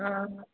ꯑꯥ